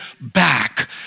back